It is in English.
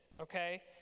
Okay